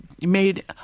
made